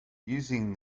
using